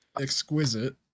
exquisite